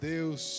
Deus